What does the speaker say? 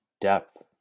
depth